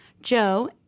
Joe